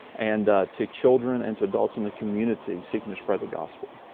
and to children, and to adults in the community, seeking to spread the gospel.